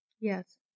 Yes